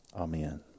Amen